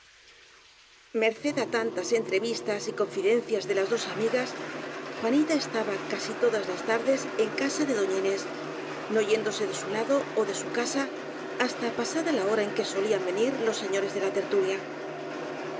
merced á tantas entrevistas y confidencias de las dos amigas juanita estaba casi todas las tardes en casa de doña inés no yéndose de su lado ó de su casa hasta pasada la hora en que solían venir los señores de la tertulia